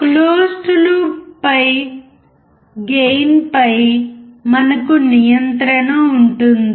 closed loop gain పై మనకు నియంత్రణ ఉంటుంది